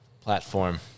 platform